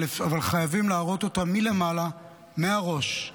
אבל חייבים להראות אותו מלמעלה, מהראש.